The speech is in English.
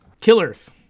Killers